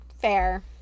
Fair